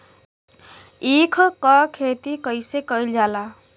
ईख क खेती कइसे कइल जाला?